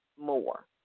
more